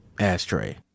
Ashtray